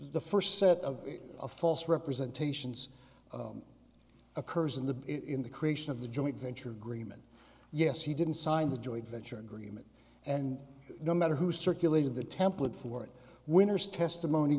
the first set of a false representation occurs in the in the creation of the joint venture agreement yes he didn't sign the joint venture agreement and no matter who circulated the template for it winner's testimony